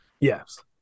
Yes